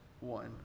one